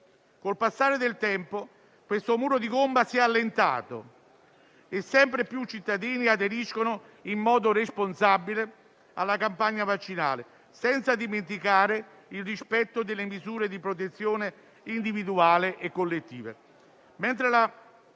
il passare del tempo il muro di gomma si è allentato e sempre più cittadini aderiscono in modo responsabile alla campagna vaccinale, senza dimenticare il rispetto delle misure di protezione individuali e collettive,